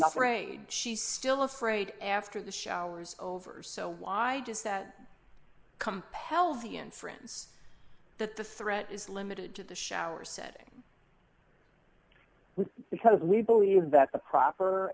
i'm afraid she's still afraid after the showers overs so why does that compel the inference that the threat is limited to the shower setting with because we believe that the proper